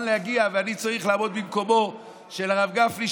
להגיע ואני צריך לעמוד במקומו של הרב גפני,